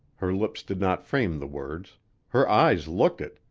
her lips did not frame the words her eyes looked it,